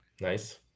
Nice